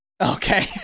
Okay